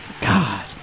God